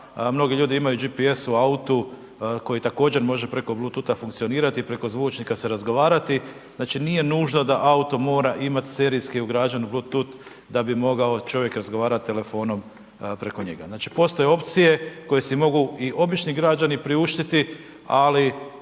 mnogi ljudi imaju GPS u autu koji također može preko Bleutootha funkcionirati i preko zvučnika se razgovarati, znači nije nužno da auto mora imat serijski ugrađen Bleutooth da bi mogao čovjek razgovarat telefonom preko njega. Znači, postoje opcije koji si mogu i obični građani priuštiti, ali